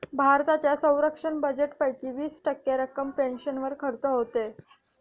भारताच्या संरक्षण बजेटपैकी वीस टक्के रक्कम पेन्शनवर खर्च होते